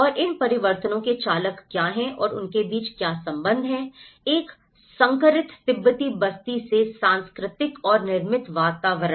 और इन परिवर्तनों के चालक क्या हैं और इनके बीच क्या संबंध है एक संकरित तिब्बती बस्ती में सांस्कृतिक और निर्मित वातावरण